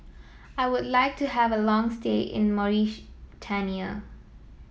I would like to have a long stay in Mauritania